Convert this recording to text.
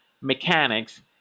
mechanics